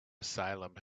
asylum